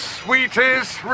sweetest